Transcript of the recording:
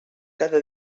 cada